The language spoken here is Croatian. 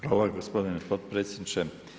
Hvala gospodine potpredsjedniče.